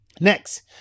Next